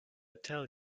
tell